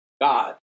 God